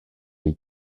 les